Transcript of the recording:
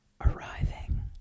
arriving